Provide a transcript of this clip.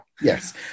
Yes